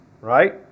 right